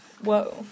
Whoa